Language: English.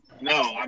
no